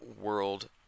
world